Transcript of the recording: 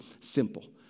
simple